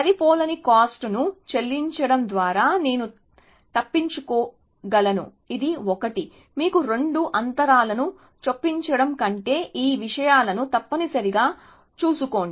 సరిపోలని cost ను చెల్లించడం ద్వారా నేను తప్పించుకోగలను ఇది 1 మీకు రెండు అంతరాలను చొప్పించడం కంటే ఆ విషయాలను తప్పనిసరిగా చూసుకోండి